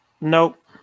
Nope